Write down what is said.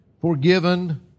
forgiven